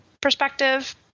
perspective